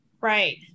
Right